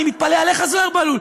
אני מתפלא עליך, זוהיר בהלול.